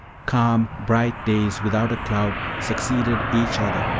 calm, bright days without a cloud succeeded each other,